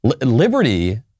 Liberty